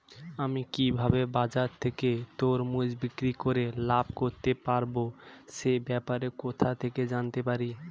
আমি কিভাবে বাজার থেকে তরমুজ বিক্রি করে লাভ করতে পারব সে ব্যাপারে কোথা থেকে জানতে পারি?